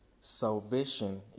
Salvation